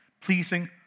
Pleasing